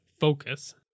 focus